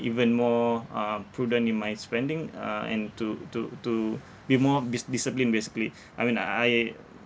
even more uh prudent in my spending uh and to to to be more dis~ disciplined basically I mean I I